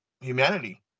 humanity